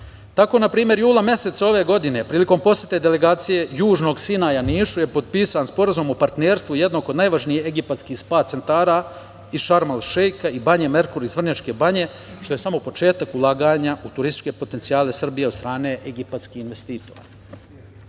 npr. jula meseca ove godine prilikom posete delegacije Južnog Sinaja Nišu je potpisan Sporazum o partnerstvu jednog od najvažnijih egipatskih spa-centara iz Šarm El Šeika i „Banje Merkur“ iz Vrnjačke Banje, što je samo početak ulaganja u turističke potencijale Srbije od strane egipatskih investitora. Naravno